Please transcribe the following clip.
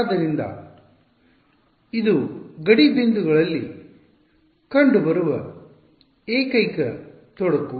ಆದ್ದರಿಂದ ಇದು ಗಡಿ ಬಿಂದುಗಳಲ್ಲಿ ಕಂಡುಬರುವ ಏಕೈಕ ತೊಡಕು